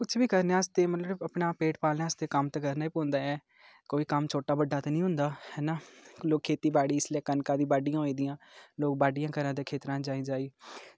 कुछ बी करने आस्तै मतलब अपना पेट पालने आस्तै कम्म ते करना ई पौंदा ऐ कोई कम्म छोटा बड्डा ते निं होंदा हैना लोक खेतीबाड़ी इसलै कनकां दियां बाड्डियां होई दियां लोग बाड्डियां करा दे खेत्तरां च जाई जाई